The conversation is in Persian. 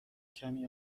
کمی